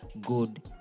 good